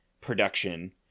production